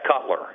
Cutler